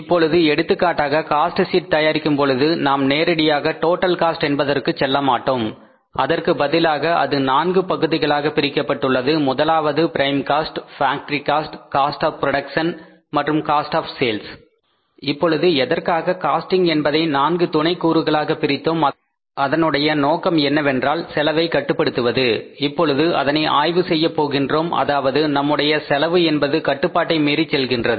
இப்பொழுது எடுத்துக்காட்டாக cost sheet என்பதை தயாரிக்கும் பொழுது நாம் நேரடியாக டோட்டல் காஸ்ட் என்பதற்கு செல்லமாட்டோம் அதற்கு பதிலாக அது நான்கு பகுதிகளாக பிரிக்கப்பட்டுள்ளது முதலாவது prime cost factory cost cost of production மற்றும் காஸ்ட் ஆப் சேல்ஸ் இப்பொழுது எதற்காக காஸ்டிங் என்பதை நான்கு துணை கூறுகளாக பிரித்தோம் அதனுடைய நோக்கம் என்னவென்றால் செலவை கட்டுப்படுத்துவது இப்பொழுது அதனை ஆய்வு செய்யப் போகின்றோம் அதாவது நம்முடைய செலவு என்பது கட்டுப்பாட்டை மீறி செல்கின்றது